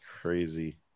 Crazy